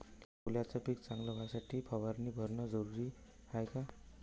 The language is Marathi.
सोल्याचं पिक चांगलं व्हासाठी फवारणी भरनं जरुरी हाये का?